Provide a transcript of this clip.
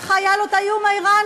ככה היה לו את האיום האיראני,